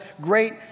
great